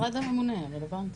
המשרד הממונה, הרלוונטי.